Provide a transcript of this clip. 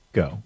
go